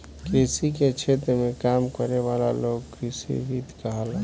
कृषि के क्षेत्र में काम करे वाला लोग कृषिविद कहाला